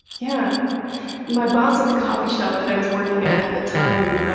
yeah my boss at the coffee shop that i was working at, at the time,